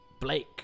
Blake